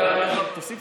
אתה לא יודע